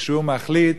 וכשהוא מחליט,